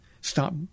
stop